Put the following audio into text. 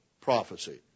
prophecy